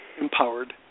empowered